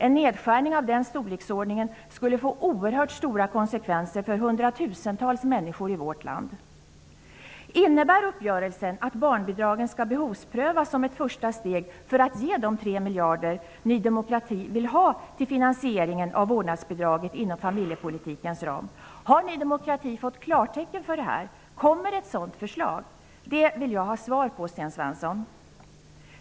En nedskärning i den storleksordningen skulle få oerhört stora konsekvenser för hundratusentals människor i vårt land. Innebär uppgörelsen att barnbidragen skall behovsprövas som ett första steg för att ge de 3 miljarder som Ny demokrati vill ha till finansieringen av vårdnadsbidraget inom familjepolitikens ram? Har Ny demokrati fått klartecken här? Kommer ett sådant förslag? Dessa frågor vill jag ha svar på, Sten Svensson!